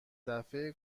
دفعه